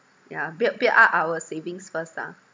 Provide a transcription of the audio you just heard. yeah build build up our savings first ah